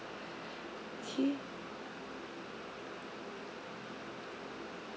okay